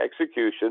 execution